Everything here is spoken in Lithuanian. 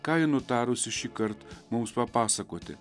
ką ji nutarusi šįkart mums papasakoti